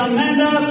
Amanda